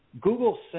Google